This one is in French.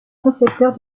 concepteur